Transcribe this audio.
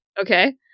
okay